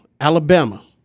Alabama